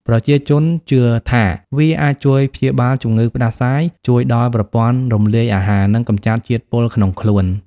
ប្រជាជនជឿថាវាអាចជួយព្យាបាលជំងឺផ្តាសាយ ជួយដល់ប្រព័ន្ធរំលាយអាហារ និងកម្ចាត់ជាតិពុលក្នុងខ្លួន។